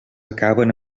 acaben